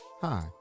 Hi